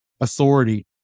authority